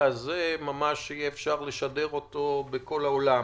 הזה ממש יהיה אפשר לשדר אותו בכל העולם,